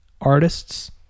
artists